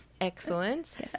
excellent